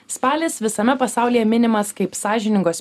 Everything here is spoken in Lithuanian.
spalis visame pasaulyje minimas kaip sąžiningos